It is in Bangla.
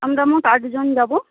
আমরা মোট আটজন যাব